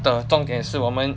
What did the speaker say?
的重点是我们